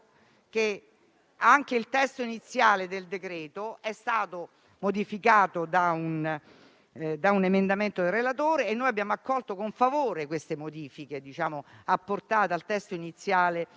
che anche il testo iniziale del decreto-legge è stato modificato da un emendamento del relatore e abbiamo accolto con favore le modifiche apportate al testo iniziale